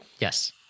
Yes